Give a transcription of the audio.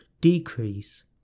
decrease